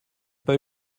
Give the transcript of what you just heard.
pas